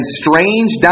strange